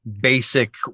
basic